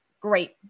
Great